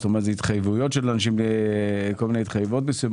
התחייבויות של אנשים, כל מיני התחייבויות.